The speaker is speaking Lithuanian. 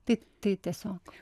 tai tai tiesiog